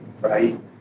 right